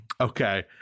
okay